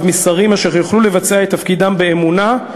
משרים אשר יוכלו לבצע את תפקידם באמונה,